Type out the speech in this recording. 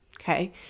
okay